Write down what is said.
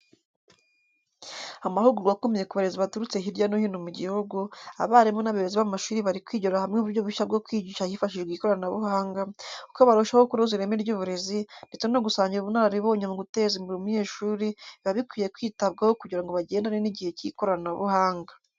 Amahugurwa akomeye ku barezi baturutse hirya no hino mu gihugu, abarimu n’abayobozi b’amashuri bari kwigira hamwe uburyo bushya bwo kwigisha hifashishijwe ikoranabuhanga, uko barushaho kunoza ireme ry’uburezi, ndetse no gusangira ubunararibonye mu guteza imbere umunyeshuri biba bikwiye kwitabwaho kugira ngo bagendane n'igihe cy'ikoranabuhanga.